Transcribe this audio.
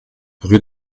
rue